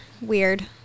Weird